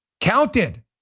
Counted